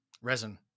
resin